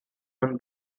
upon